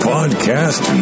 Podcast